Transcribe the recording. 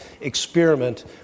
experiment